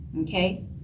okay